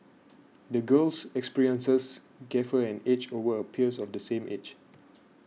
the girl's experiences gave her an edge over her peers of the same age